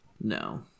No